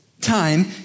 time